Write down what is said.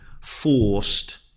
forced